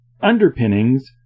underpinnings